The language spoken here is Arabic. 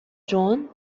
جون